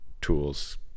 tools